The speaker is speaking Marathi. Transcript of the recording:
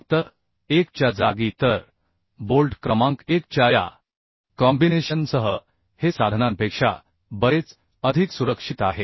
फक्त 1च्या जागी तर बोल्ट क्रमांक 1 च्या या कॉम्बिनेशन सह हे साधनांपेक्षा बरेच अधिक सुरक्षित आहे